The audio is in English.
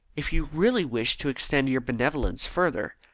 if you really wished to extend your benevolence further,